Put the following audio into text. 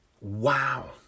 Wow